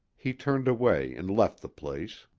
he turned away and left the place.